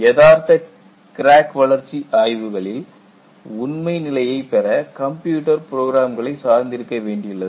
யதார்த்த கிராக் வளர்ச்சி ஆய்வுகளில் உண்மை நிலையை பெற கம்ப்யூட்டர் புரோகிராம்களை சார்ந்திருக்க வேண்டியுள்ளது